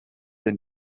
den